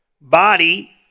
Body